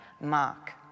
Mark